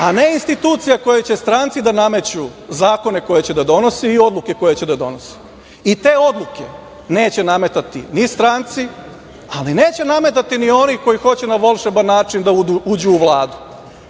a ne institucija kojoj će stranci da nameću zakone koje će da donesi i odluke koje će da donosi. I, te odluke neće nametati ni stranci, ali neće nametati ni oni koji hoće na volšeban način da uđu u